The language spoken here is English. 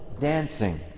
dancing